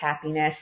happiness